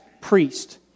priest